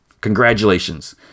congratulations